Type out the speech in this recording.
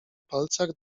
palcach